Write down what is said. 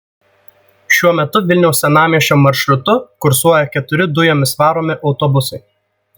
šiuo metu vilniaus senamiesčio maršrutu kursuoja keturi dujomis varomi autobusai